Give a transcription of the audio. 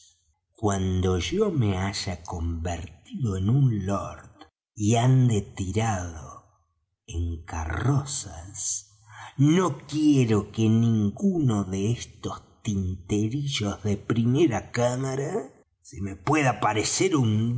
cuando yo me haya convertido en un lord y ande tirado en carrozas no quiero que ninguno de estos tinterillos de primera cámara se me pueda aparecer un